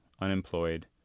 unemployed